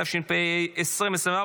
התשפ"ה 2024,